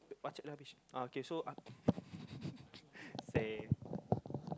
macam nak cakap dah habis uh okay so uh say